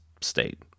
state